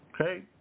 Okay